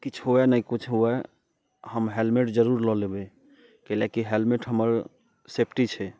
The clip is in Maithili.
किछु हुए नहि किछु हुए हम हैलमेट जरूर लऽ लेबै कैलाकि हैलमेट हमर सेप्टी छै